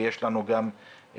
ויש לנו גם אומנים,